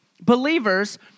believers